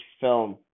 film